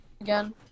again